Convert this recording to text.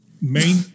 main